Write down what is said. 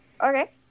Okay